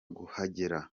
kuhagera